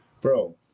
bro